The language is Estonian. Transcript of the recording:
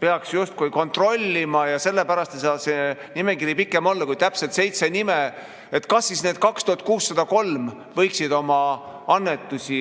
peaks justkui kontrollima ja sellepärast ei saa see nimekiri pikem olla kui täpselt seitse nime, et kas siis need 2603 võiksid oma annetusi,